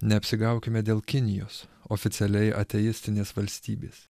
neapsigaukime dėl kinijos oficialiai ateistinės valstybės